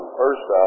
first